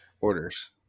orders